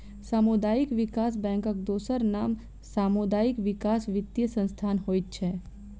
सामुदायिक विकास बैंकक दोसर नाम सामुदायिक विकास वित्तीय संस्थान होइत छै